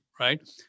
right